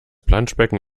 planschbecken